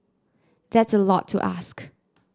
that's a lot to ask